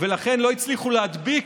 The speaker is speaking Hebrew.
לכן לא הצליחו להדביק.